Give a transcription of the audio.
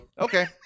Okay